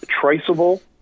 traceable